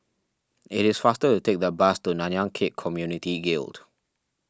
it is faster to take the bus to Nanyang Khek Community Guild